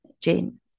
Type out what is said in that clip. Jane